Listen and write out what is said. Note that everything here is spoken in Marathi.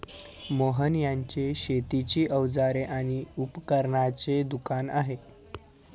मोहन यांचे शेतीची अवजारे आणि उपकरणांचे दुकान आहे